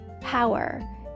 power